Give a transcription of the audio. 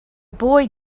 boy